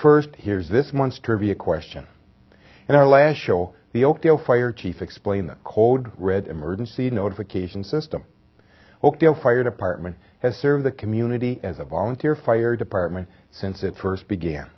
first here's this month's trivia question in our last show the oakdale fire chief explained the code red emergency notification system oakdale fire department has serve the community as a volunteer fire department since it first began